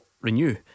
renew